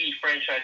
franchise